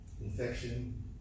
infection